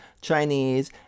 chinese